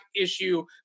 issue